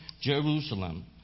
Jerusalem